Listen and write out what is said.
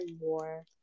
more